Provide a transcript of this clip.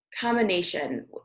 combination